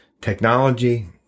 technology